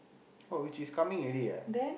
oh which is coming already eh